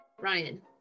Ryan